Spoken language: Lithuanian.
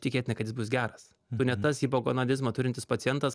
tikėtina kad jis bus geras tu ne tas hipogonadizmą turintis pacientas